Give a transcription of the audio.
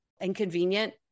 inconvenient